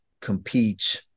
competes